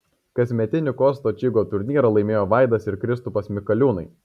kasmetinį kosto čygo turnyrą laimėjo vaidas ir kristupas mikaliūnai